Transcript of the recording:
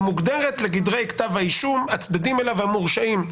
היא מוגדרת לגדרי כתב האישום, לצדדים המורשעים.